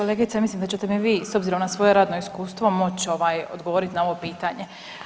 Kolegice mislim da ćete mi vi s obzirom na svoje radno iskustvo moći odgovoriti na ovo pitanje.